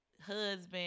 husband